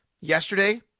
Yesterday